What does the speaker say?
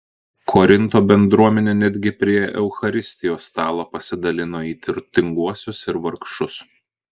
korinto bendruomenė netgi prie eucharistijos stalo pasidalino į turtinguosius ir vargšus